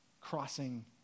crossing